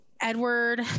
Edward